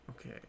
Okay